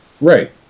Right